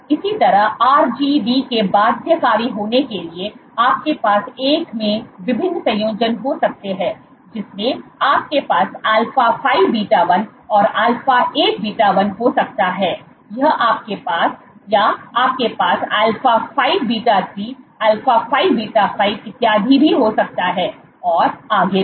इसी तरह RGD से बाध्यकारी होने के लिए आपके पास एक में विभिन्न संयोजन हो सकते हैं जिसमें आपके पास α5 β1 और α8 β1 हो सकता है या आपके पास α5 β3 α5 β5 इत्यादि हो सकता है और आगे भी